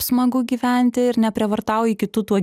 smagu gyventi ir neprievartauji kitų tuo